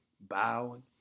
bowing